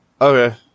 okay